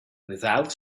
without